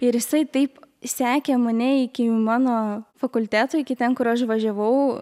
ir jisai taip sekė mane iki mano fakulteto iki ten kur aš važiavau